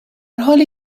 حالی